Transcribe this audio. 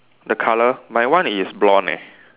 the colour my one is blonde leh